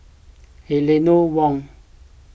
Eleanor Wong